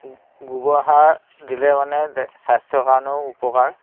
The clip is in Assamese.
গোবৰ সাৰ দিলে মানে স্বাস্থ্যৰ কাৰণেও উপকাৰ